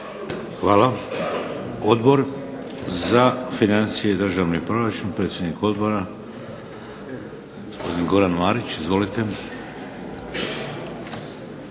Hvala. Odbor za financije i državni proračun, predsjednik odbora gospodin Goran Marić. Izvolite.